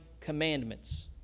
commandments